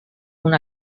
una